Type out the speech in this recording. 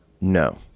No